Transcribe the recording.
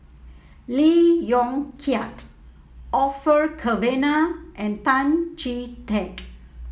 Lee Yong Kiat Orfeur Cavenagh and Tan Chee Teck